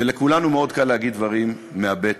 ולכולנו מאוד קל להגיד דברים מהבטן,